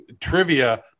trivia